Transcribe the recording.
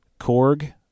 Korg